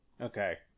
Okay